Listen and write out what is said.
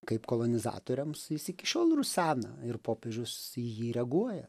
kaip kolonizatoriams jis iki šiol rusena ir popiežius į jį reaguoja